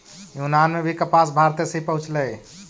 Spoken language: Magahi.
यूनान में भी कपास भारते से ही पहुँचलई